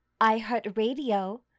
iHeartRadio